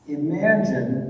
imagine